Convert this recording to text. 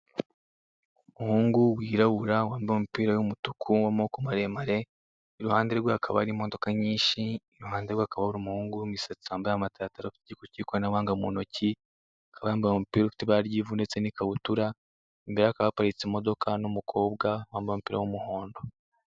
Umuhungu wirabura wambaye umupira w'umutuku w'amaboko maremare, iruhande rwe hakaba hari imodoka nyinshi, iruhande rwe hakaba hari umuhungu w'imisatsi wambaye amataratara ufite igikoresho k'ikoranabuhanga mu ntoki, akaba yambaye umupira ufite ibara ry'ivu ndetse n'ikabutura. Imbere ye hakaba haparitse imodoka n'umukobwa wambaye umupira w'umuhondo.